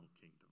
kingdom